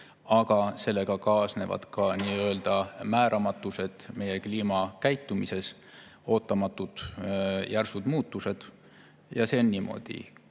Aga sellega kaasnevad ka nii‑öelda määramatused meie kliima käitumises, ootamatud järsud muutused. See on